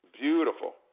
Beautiful